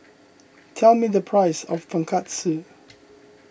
tell me the price of Tonkatsu